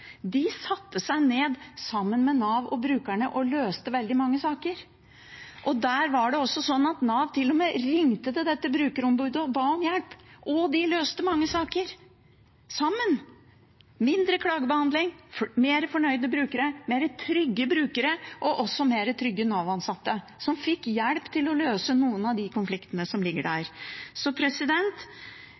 De satte seg ned sammen med Nav og brukerne og løste veldig mange saker. Der var det også sånn at Nav til og med ringte til dette brukerombudet og ba om hjelp, og de løste mange saker sammen – mindre klagebehandling, mer fornøyde brukere, tryggere brukere og også tryggere Nav-ansatte, som fikk hjelp til å løse noen av konfliktene som ligger der.